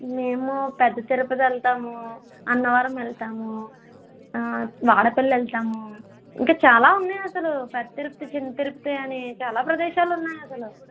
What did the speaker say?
మేము పెద్ద తిరుపతి వెళ్తాము అన్నవరం వెళ్తాము వాడపల్లి వెళ్తాము ఇంకా చాలా ఉన్నాయి అసలు పెద్ద తిరుపతి చిన్న తిరుపతి అని చాలా ప్రదేశాలున్నాయి అసలు